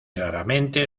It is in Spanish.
raramente